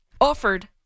offered